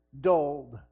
dulled